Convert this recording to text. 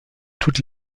toutes